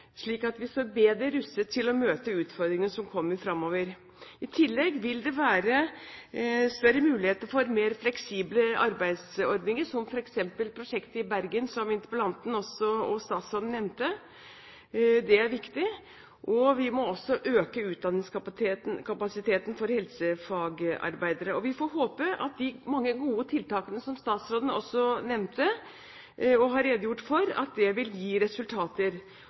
slik at vi står bedre rustet til å møte utfordringene som kommer fremover. I tillegg vil det være større muligheter for mer fleksible arbeidsordninger, som f.eks. ved prosjektet i Bergen, som interpellanten og statsråden også nevnte. Det er viktig. Vi må også øke utdanningskapasiteten for helsefagarbeidere. Vi får håpe at de mange gode tiltakene som statsråden også nevnte og har redegjort for, vil gi resultater.